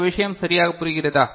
இந்த விஷயம் சரியாகப் புரிகிறதா